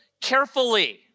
carefully